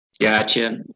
Gotcha